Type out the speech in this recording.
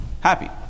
Happy